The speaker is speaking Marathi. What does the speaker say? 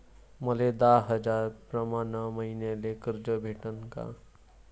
मले दहा हजार प्रमाण मईन्याले कर्ज भेटन का?